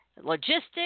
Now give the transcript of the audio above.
Logistics